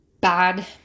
bad